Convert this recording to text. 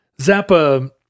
Zappa